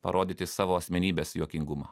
parodyti savo asmenybės juokingumą